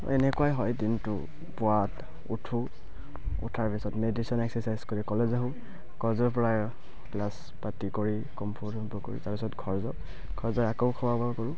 এনেকুৱাই হয় দিনটো পুৱা উঠো উঠাৰ পিছত মেডিটেশ্যন এক্সাৰচাইজ কৰি কলেজ আহোঁ কলেজৰ পৰা ক্লাছ পাতি কৰি কম্ফু চম্ফু কৰি তাৰপিছত ঘৰ যাওঁ ঘৰ যায় আকৌ খোৱা বোৱা কৰোঁ